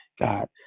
God